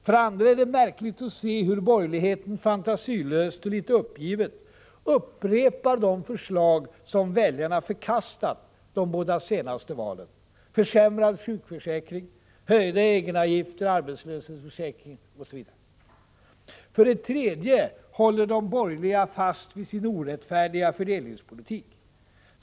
För det andra är det märkligt att se hur borgerligheten fantasilöst och litet uppgivet upprepar de förslag som väljarna förkastat de båda senaste valen: försämrad sjukförsäkring, höjda egenavgifter, höjda avgifter för arbetslöshetsförsäkring osv. För det tredje håller de borgerliga fast vid sin orättfärdiga fördelningspolitik.